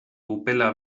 upela